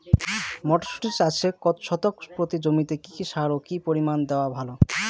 মটরশুটি চাষে শতক প্রতি জমিতে কী কী সার ও কী পরিমাণে দেওয়া ভালো?